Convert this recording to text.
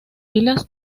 filas